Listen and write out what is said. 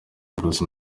bruce